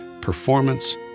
performance